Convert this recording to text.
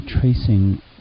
tracing